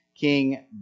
King